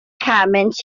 commons